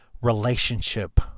relationship